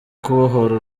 kubohora